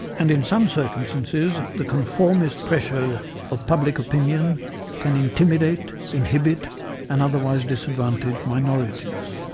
and in some circumstances the conformist pressure of public opinion can intimidate, inhibit and otherwise disadvantage minorities.